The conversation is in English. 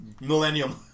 Millennium